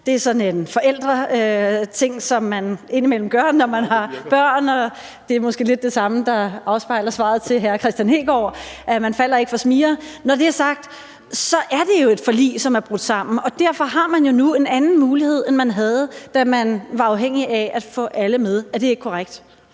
Det er sådan en forældreting, som man indimellem gør, når man har børn, og det er måske lidt det samme, der afspejles i svaret til hr. Kristian Hegaard, nemlig at man ikke falder for smiger. Når det er sagt, er det jo et forlig, som er brudt sammen, og derfor har man nu en anden mulighed, end man havde, da man var afhængig af at få alle med. Er det ikke korrekt?